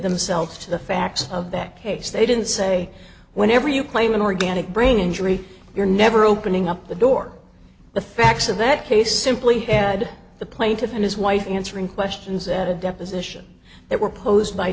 themselves to the facts of that case they didn't say whenever you claim an organic brain injury you're never opening up the door the facts of that case simply had the plaintiff and his wife answering questions at a deposition that were posed by